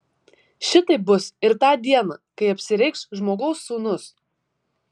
šitaip bus ir tą dieną kai apsireikš žmogaus sūnus